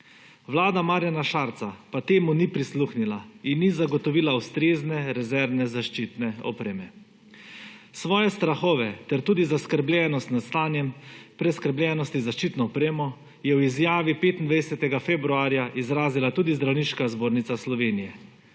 Vlada Marjana Šarca pa temu ni prisluhnila in ni zagotovila ustrezne rezervne zaščitne opreme. Svoje strahove ter tudi zaskrbljenost nad stanjem preskrbljenosti z zaščitno opremo je v izjavi 25. februarja izrazila tudi Zdravniška zbornica Slovenije.